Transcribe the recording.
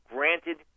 Granted